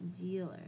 dealer